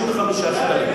35 שקלים.